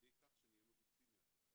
לידי כך שנהיה מרוצים מהתוצאה.